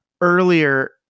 earlier